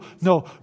no